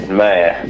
man